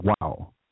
Wow